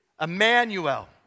Emmanuel